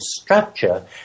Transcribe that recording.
structure